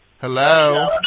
Hello